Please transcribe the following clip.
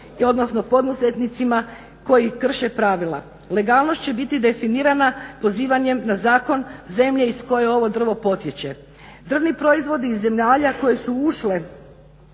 odnosno poduzetnicima koji krše pravila. Legalnost će biti definirana pozivanjem na zakon zemlje iz koje ovo drvo potječe. Drvni proizvodi iz zemalja koje su ušle